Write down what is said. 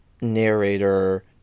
narrator